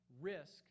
risk